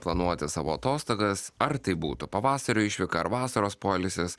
planuoti savo atostogas ar tai būtų pavasario išvyka ar vasaros poilsis